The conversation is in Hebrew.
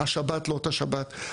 השבת לא אותה שבת.